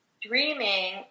Dreaming